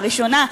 הראשונה,